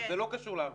זה לא קשור ל-40.